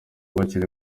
bakiri